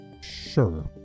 Sure